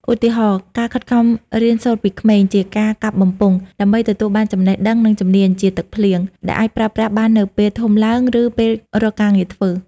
ឧទាហរណ៍ ការខិតខំរៀនសូត្រពីក្មេង (ជាការកាប់បំពង់) ដើម្បីទទួលបានចំណេះដឹង និងជំនាញ (ជាទឹកភ្លៀង) ដែលអាចប្រើប្រាស់បាននៅពេលធំឡើង ឬពេលរកការងារធ្វើ។